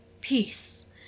Peace